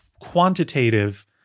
quantitative